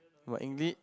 what